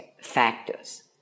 factors